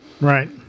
Right